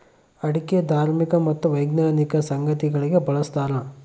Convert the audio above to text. ಅಡಿಕೆ ಧಾರ್ಮಿಕ ಮತ್ತು ವೈಜ್ಞಾನಿಕ ಸಂಗತಿಗಳಿಗೆ ಬಳಸ್ತಾರ